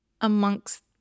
amongst